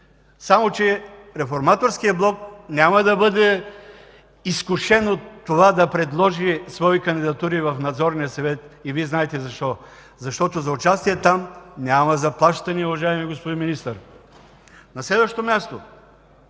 Само че Реформаторският блок няма да бъде изкушен от това да предложи свои кандидатури в Надзорния съвет. И Вие знаете защо. Защото за участие там няма заплащане, уважаеми господин Министър! На следващо място,